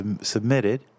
submitted